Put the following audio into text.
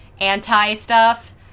anti-stuff